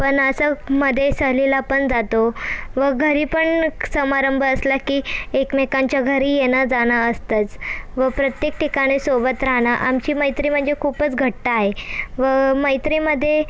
पण असं मध्ये सहलीला पण जातो व घरी पण समारंभ असला की एकमेकांच्या घरी येणं जाणं असतंच व प्रत्येक ठिकाणी सोबत राहणं आमची मैत्री म्हणजे खूपच घट्ट आहे व मैत्रीमध्ये